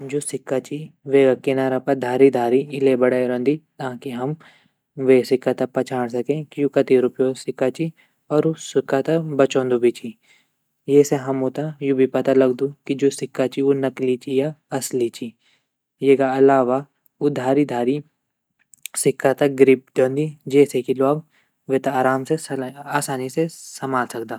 जू सिक्का ची वेगा किनारा पर धारी धारी इल्ले बढ़ायी रौंदी ताकि हम वे सिक्का त पछाण सके कि ऊ कथी रुपयो सिक्का ची और ऊ सिक्का त बचौंदू भी ची ये से हमू त यू भी पता लगदू कि जू सिक्का ची ऊ नमली ची या असली ची येगा अलावा ऊ धारी धारी सिक्का त ग्रिप ड्यौदी जैसे की ल्वोग वेता आराम से आसानी से संभाल सकदा।